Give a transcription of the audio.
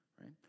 right